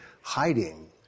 hiding